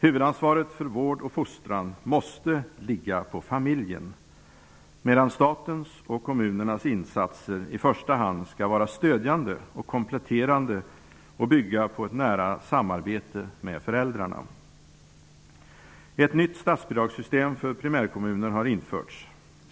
Huvudansvaret för vård och fostran måste ligga på familjen, medan statens och kommunernas insatser i första hand skall vara stödjande och kompletterande och bygga på ett nära samarbete med föräldrarna. Ett nytt statsbidragssystem för primärkommuner har införts.